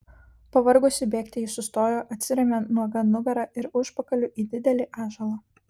pavargusi bėgti ji sustojo atsirėmė nuoga nugara ir užpakaliu į didelį ąžuolą